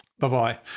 Bye-bye